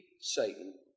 Satan